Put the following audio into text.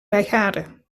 bijgaarden